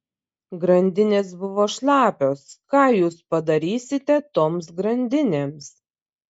grandinės buvo šlapios ką jūs padarysite toms grandinėms